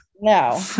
no